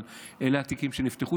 אבל אלה התיקים שנפתחו,